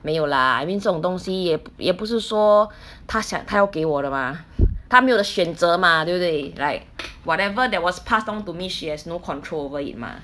没有 lah I mean 这种东西也也不是说她想她要给我的 mah 他没有的选择 mah 对不对 like whatever that was passed down to me she has no control over it mah